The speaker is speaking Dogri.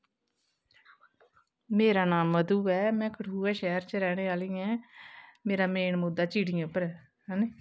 मेरा नाम मधु ऐ में कठुऐ शैह्र च रैह्ने आह्ली ऐ मेरा मेन मुद्दा चिड़ियें उप्पर हैनी